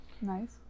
Nice